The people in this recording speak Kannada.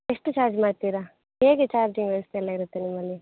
ಎಷ್ಟು ಚಾರ್ಜ್ ಮಾಡ್ತೀರಾ ಹೇಗೆ ಚಾರ್ಜಿಂಗ್ ವ್ಯವಸ್ಥೆ ಎಲ್ಲ ಇರುತ್ತೆ ನಿಮ್ಮಲ್ಲಿ